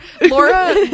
Laura